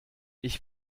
ich